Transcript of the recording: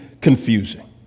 confusing